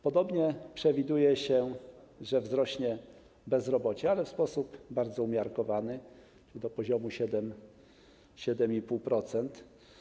Podobnie przewiduje się, że wzrośnie bezrobocie, ale w sposób bardzo umiarkowany, do poziomu 7,5%.